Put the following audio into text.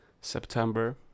September